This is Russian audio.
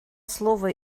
слово